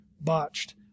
botched